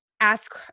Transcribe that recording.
Ask